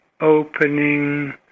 opening